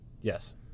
Yes